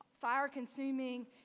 fire-consuming